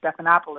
Stephanopoulos